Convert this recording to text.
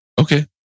Okay